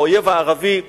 האויב הערבי,